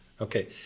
Okay